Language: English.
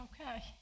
okay